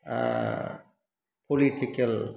political